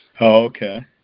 okay